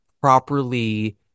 properly